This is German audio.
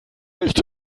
nicht